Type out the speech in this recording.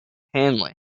hanley